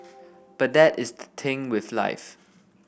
but that is thing with life